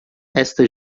esta